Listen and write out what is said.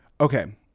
Okay